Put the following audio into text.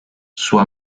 sua